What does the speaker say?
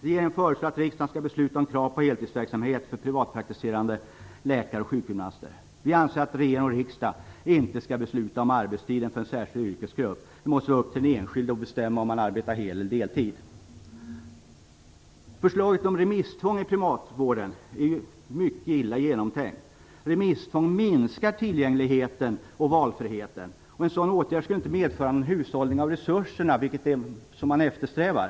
Regeringen föreslår att riksdagen skall besluta om krav på heltidsverksamhet för privatpraktiserande läkare och sjukgymnaster. Vi anser att regering och riksdag inte skall besluta om arbetstiden för en särskild yrkesgrupp. Det måste vara upp till den enskilde att själv bestämma om han eller hon skall arbeta hel eller halvtid. Förslaget om remisstvång i privatvården är mycket illa genomtänkt. Remisstvång minskar tillgängligheten och valfriheten. En sådan åtgärd skulle inte medföra den hushållning med resurserna som man eftersträvar.